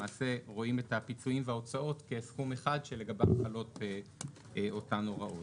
למעשה רואים את הפיצויים וההוצאות כסכום אחד שלגביו חלות אותן הוראות.